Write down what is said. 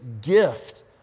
gift